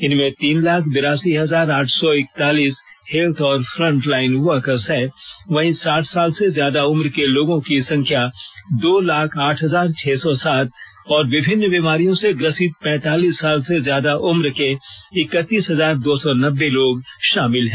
इनमें तीन लाख बिरासी हजार आठ सौ इक्तालीस हेल्थ और फ्रंटलाईन वर्कर्स हैं वहीं साठ साल से ज्यादा उम्र के लोगों की संख्या दो लाख आठ हजार छह सौ सात और विभिन्न बीमारियों से ग्रसित पैंतालीस साल से ज्यादा उम्र के इकतीस हजार दो सौ नब्बे लोग शामिल हैं